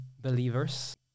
believers